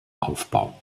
aufbau